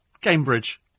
Cambridge